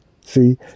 See